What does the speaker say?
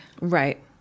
Right